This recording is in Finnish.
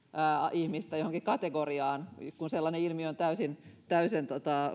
ihmistä johonkin kategoriaan kun sellainen ilmiö on täysin täysin